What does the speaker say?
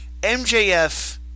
MJF